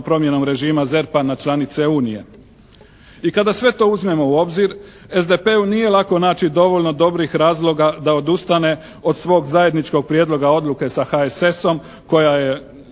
promjenom režima ZERP-a na članice unije. I kada sve to uzmemo u obzir SDP-u nije lako naći dovoljno dobrih razloga da odustane od svog zajedničkog prijedloga odluke sa HSS-om koja je